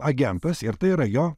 agentas ir tai yra jo